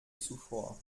zuvor